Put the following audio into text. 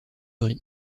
riz